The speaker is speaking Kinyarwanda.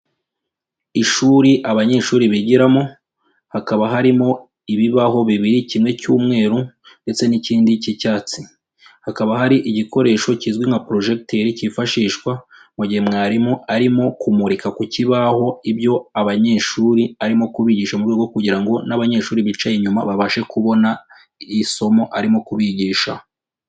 Ishuri abanyeshuri bigiramo hakaba harimo ibibaho bibiri, kimwe cy'umweru ndetse n'ikindi k'icyatsi, hakaba hari igikoresho kizwi nka porojekiteri kifashishwa mu gihe mwarimu arimo kumurika ku kibaho ibyo abanyeshuri arimo kubigisha mu rwego kugira ngo n'abanyeshuri bicaye inyuma, babashe kubona isomo arimo kubigisha.